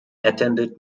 attended